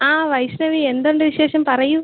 ആ വൈഷ്ണവി എന്തുണ്ട് വിശേഷം പറയു